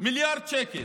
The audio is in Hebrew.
מיליארד שקל.